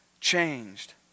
changed